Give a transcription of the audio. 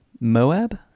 Moab